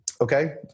Okay